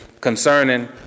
concerning